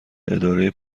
اداره